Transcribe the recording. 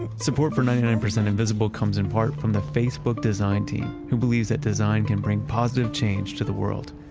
and support for ninety nine percent invisible comes in part from the facebook design team who believes that design can bring positive change to the world.